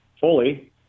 fully